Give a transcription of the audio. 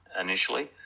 initially